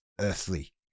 earthly